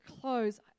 close